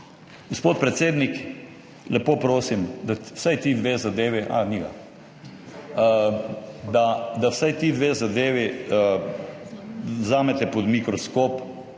Gospod predsednik, lepo prosim, da vsaj ti dve zadevi – a, ni ga – da vsaj ti dve zadevi vzamete pod mikroskop